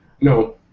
No